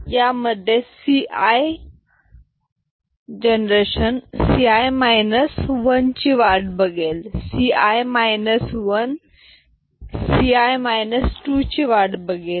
यामध्ये CI generation C I minus one ची वाट बघेल C I minus one C I minus two ची वाट बघेल